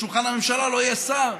בשולחן הממשלה לא יהיה שר,